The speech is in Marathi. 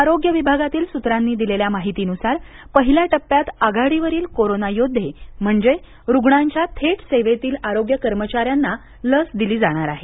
आरोग्य विभागातील सूत्रांनी दिलेल्या माहितीनुसार पहिल्या टप्प्यात आघाडीवरील कोरोना योद्धे म्हणजे रुग्णांच्या थेट सेवेतील आरोग्य कर्मचाऱ्यांना लस दिली जाणार आहे